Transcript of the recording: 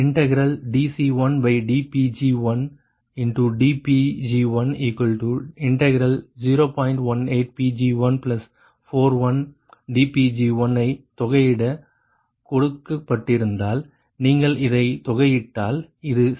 18 Pg141dPg1 ஐ தொகையிட கொடுக்கப்பட்டிருந்தால் நீங்கள் இதை தொகையிட்டால் இது C10